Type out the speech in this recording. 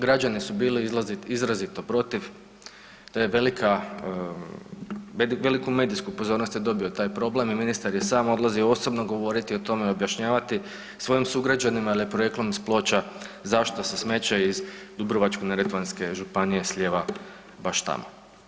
Građani su bili izrazito protiv, to je velika, veliku medijsku pozornost je dobio taj problem i ministar je sam odlazio osobno govoriti o tome, objašnjavati svojim sugrađanima jer je porijeklom iz Ploča zašto se smeće iz Dubrovačko-neretvanske županije slijeva baš tamo.